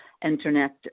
internet